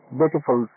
beautiful